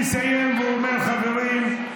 חברים,